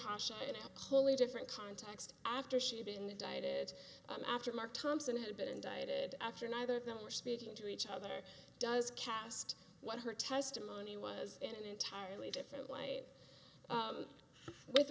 hotshot it wholly different context after she had been indicted after mark thompson had been indicted after neither of them were speaking to each other does cast what her testimony was in an entirely different light with